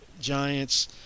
Giants